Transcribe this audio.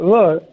Look